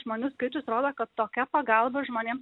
žmonių skaičius rodo kad tokia pagalba žmonėm